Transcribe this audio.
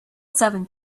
seven